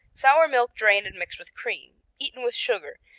sour milk drained and mixed with cream. eaten with sugar.